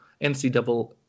NCAA